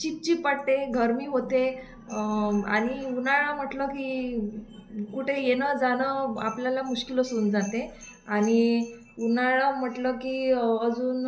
चिपचिप वाटते गरमी होते आणि उन्हाळा म्हटलं की कुठे येणं जाणं आपल्याला मुश्किलच होऊन जाते आणि उन्हाळा म्हटलं की अजून